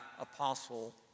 Apostle